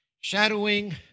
shadowing